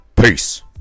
Peace